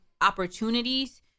opportunities